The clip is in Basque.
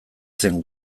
zen